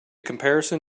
comparison